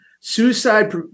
Suicide